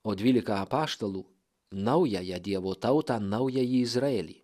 o dvylika apaštalų naująją dievo tautą naująjį izraelį